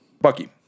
Bucky